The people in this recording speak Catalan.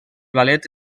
ballet